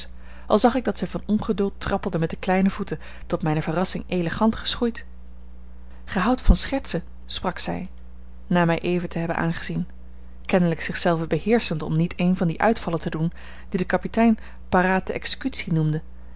al zag ik dat zij van ongeduld trappelde met de kleine voeten tot mijne verrassing elegant geschoeid gij houdt van schertsen sprak zij na mij even te hebben aangezien kennelijk zich zelve beheerschend om niet een van die uitvallen te doen die de kapitein parate executie noemde